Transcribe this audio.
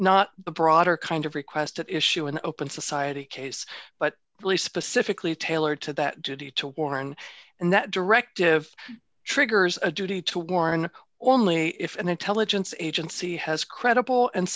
not the broader kind of requests to issue an open society case but specifically tailored to that duty to warn and that directive triggers a duty to warn or only if an intelligence agency has credible and